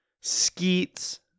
skeets